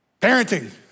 parenting